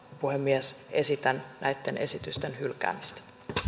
puhemies esitän näitten esitysten hylkäämistä